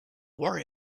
worry